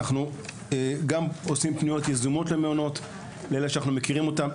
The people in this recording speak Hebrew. אנחנו גם עושים פניות יזומות למעונות לאלה שאנחנו מכירים אותם,